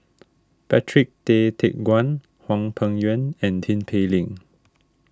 Patrick Tay Teck Guan Hwang Peng Yuan and Tin Pei Ling